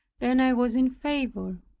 then i was in favor,